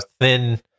thin